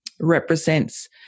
represents